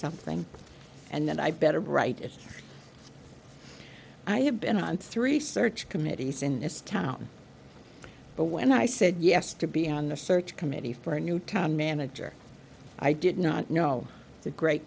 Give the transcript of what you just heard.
something and that i better be right if i have been on three search committees in this town but when i said yes to be on the search committee for a new town manager i did not know the great